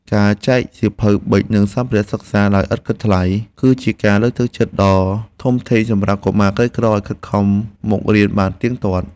ការចែកសៀវភៅប៊ិចនិងសម្ភារសិក្សាដោយឥតគិតថ្លៃ គឺជាការលើកទឹកចិត្តដ៏ធំធេងសម្រាប់កុមារក្រីក្រឱ្យខិតខំមករៀនបានទៀងទាត់។